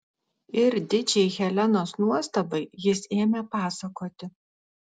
ir didžiai helenos nuostabai jis ėmė pasakoti